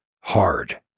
hard